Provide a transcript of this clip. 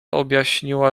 objaśniła